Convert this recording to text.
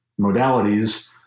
modalities